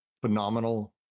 phenomenal